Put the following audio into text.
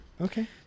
Okay